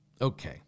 Okay